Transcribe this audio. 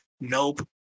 Nope